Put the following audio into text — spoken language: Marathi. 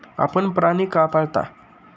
आपण प्राणी का पाळता?